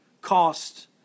cost